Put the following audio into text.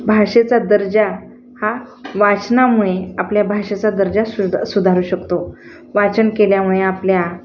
भाषेचा दर्जा हा वाचनामुळे आपल्या भाषेचा दर्जा सुध सुधारू शकतो वाचन केल्यामुळे आपल्या